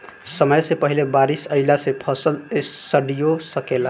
समय से पहिले बारिस अइला से फसल सडिओ सकेला